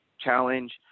challenge